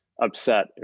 upset